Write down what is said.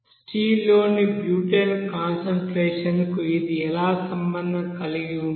steel లోని butane concentration కు ఇది ఎలా సంబంధం కలిగి ఉంటుంది